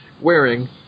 wearing